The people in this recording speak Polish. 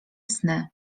sny